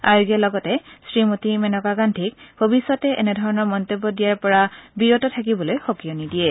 আয়োগে লগতে শ্ৰীমতী মেনকা গান্ধীক ভৱিষ্যতে এনেধৰণৰ মন্তব্য দিয়াৰ পৰা বিৰত থাকিবলৈ সকিয়নী দিয়ে